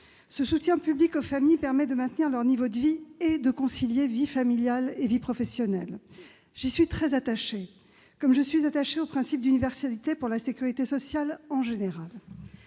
Ce soutien public aux familles permet de maintenir leur niveau de vie et de concilier vie familiale et vie professionnelle. J'y suis très attachée, comme je suis attachée au principe d'universalité pour la sécurité sociale en général.